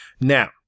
Now